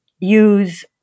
use